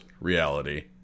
reality